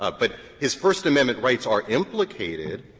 ah but his first amendment rights are implicated